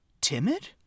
timid